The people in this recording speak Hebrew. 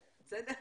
בסדר?